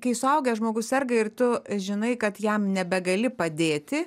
kai suaugęs žmogus serga ir tu žinai kad jam nebegali padėti